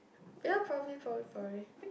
ya probably probably probably